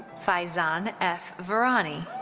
faizan f. virani.